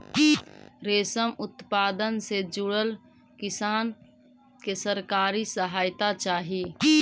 रेशम उत्पादन से जुड़ल किसान के सरकारी सहायता चाहि